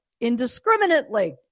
indiscriminately